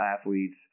athletes